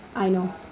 I know